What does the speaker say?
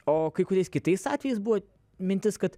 o kai kuriais kitais atvejais buvo mintis kad